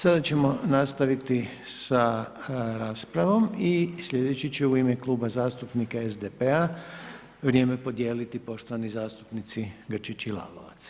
Sada ćemo nastaviti sa raspravom i slijedeći će u ime zastupnika SDP-a vrijeme podijeliti poštovani zastupnici Grčić i Lalovac.